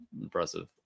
impressive